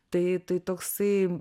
tai tai toksai